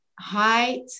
height